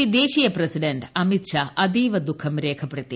P ദേശീയ president Amit Shah അതീവ ദുഖം രേഖപ്പെടുത്തി